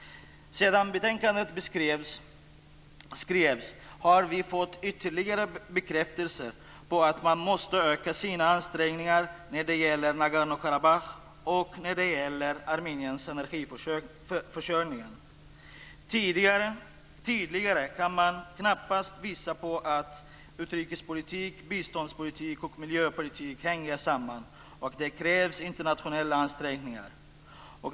Sedan betänkandet skrevs har vi fått ytterligare bekräftelse på att man måste öka sina ansträngningar när det gäller Nagorno-Karabach och när det gäller Armeniens energiförsörjning. Tydligare kan man knappast visa på att utrikespolitik, biståndspolitik och miljöpolitik hänger samman och att det krävs internationella ansträngningar.